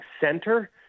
center